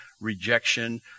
rejection